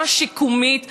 גם השיקומית,